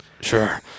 Sure